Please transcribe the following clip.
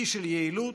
שיא של יעילות,